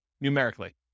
numerically